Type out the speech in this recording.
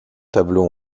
tableaux